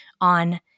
on